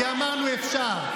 כי אמרנו שאפשר.